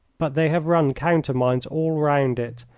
but they have run countermines all round it,